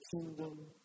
kingdom